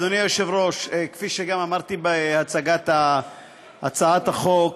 אדוני היושב-ראש, כפי שאמרתי גם בהצגת הצעת החוק,